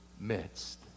midst